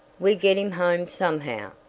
we get him home somehow.